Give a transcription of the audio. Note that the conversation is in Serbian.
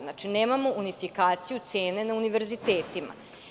Znači, nemamo unifikaciju cena na univerzitetima.